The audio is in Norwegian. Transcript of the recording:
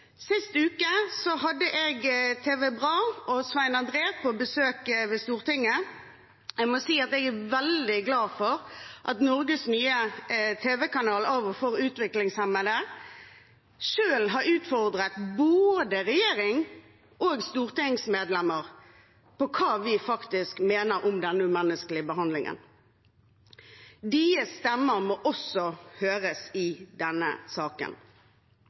Sist uke hadde jeg TV BRA og Svein André på besøk ved Stortinget. Jeg må si at jeg er veldig glad for at Norges nye tv-kanal av og for utviklingshemmede selv har utfordret både regjeringsmedlemmer og stortingsrepresentanter på hva vi faktisk mener om denne umenneskelige behandlingen. Deres stemmer må også høres i denne saken.